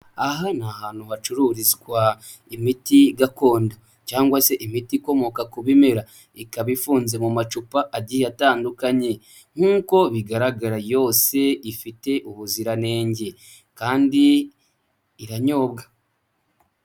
Aha ni ahantu hacururizwa imiti gakondo cyangwa se imiti ikomoka ku bimera. Ikaba ifunze mu macupa agiye atandukanye. Nk'uko bigaragara yose ifite ubuziranenge kandi iranyobwa.